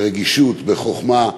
ברגישות, בחוכמה,